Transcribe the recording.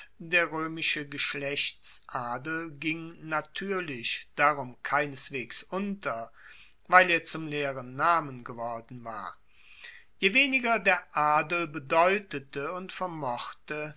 der roemische geschlechtsadel ging natuerlich darum keineswegs unter weil er zum leeren namen geworden war je weniger der adel bedeutete und vermochte